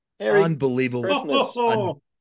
Unbelievable